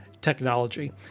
technology